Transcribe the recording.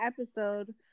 episode